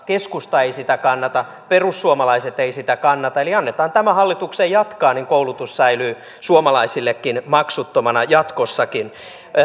keskusta ei sitä kannata perussuomalaiset ei sitä kannata eli annetaan tämän hallituksen jatkaa niin koulutus säilyy suomalaisille maksuttomana jatkossakin